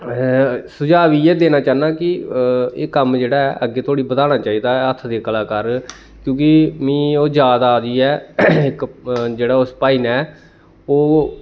सुझाव इ'यै देना चाह्न्ना कि एह् कम्म जेह्ड़ा ऐ अग्गें तोड़ी बधाना चाहिदा ऐ हत्थ दी कलाकार क्योंकि मी ओह् याद आ दी ऐ इक जेहड़ा उस भाई ने ओह्